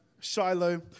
Shiloh